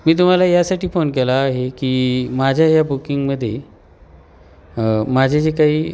मी तुम्हाला यासाठी फोन केला आहे की माझ्या ह्या बुकिंगमध्ये माझे जे काही